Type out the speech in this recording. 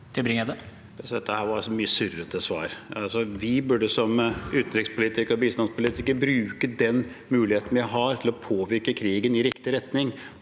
Dette var et surrete svar. Vi burde, som utenrikspolitikere og bistandspolitikere, bruke den muligheten vi har til å påvirke krigen i riktig retning